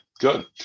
good